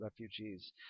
refugees